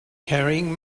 carrying